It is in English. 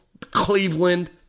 Cleveland